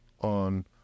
on